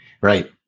Right